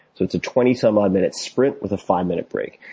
so it's a twenty some odd minute sprint with a five minute break.